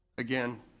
again,